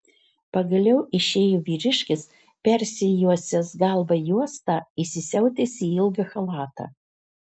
pagaliau išėjo vyriškis persijuosęs galvą juosta įsisiautęs į ilgą chalatą